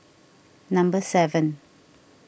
number seven